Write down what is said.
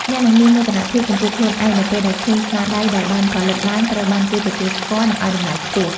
អ្នកនឹងមានមោទនភាពចំពោះខ្លួនឯងនៅពេលដែលឃើញស្នាដៃដែលបានផលិតឡើងត្រូវបានគេទទួលស្គាល់ និង ឱ្យតម្លៃខ្ពស់។